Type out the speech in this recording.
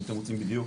אם אתם רוצים בדיוק.